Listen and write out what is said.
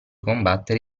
combattere